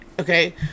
Okay